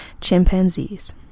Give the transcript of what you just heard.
Chimpanzees